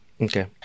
Okay